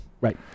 Right